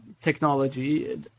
technology